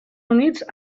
units